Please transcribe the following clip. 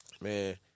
Man